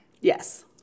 Yes